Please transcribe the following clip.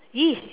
it is